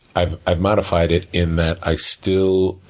i've i've modified it, in that i still